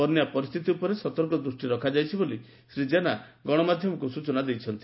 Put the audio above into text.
ବନ୍ୟା ପରିସ୍ଥିତି ଉପରେ ସତର୍କ ଦୃଷ୍ଟି ରଖାଯାଇଛି ବୋଲି ଶ୍ରୀ ଜେନା ଗଣମାଧ୍ଧମକୁ ସୂଚନା ଦେଇଛନ୍ତି